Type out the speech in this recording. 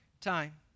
time